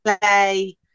play